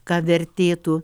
ką vertėtų